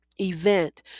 event